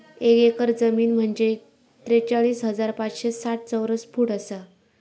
एक एकर जमीन म्हंजे त्रेचाळीस हजार पाचशे साठ चौरस फूट आसा